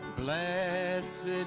Blessed